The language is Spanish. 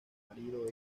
marido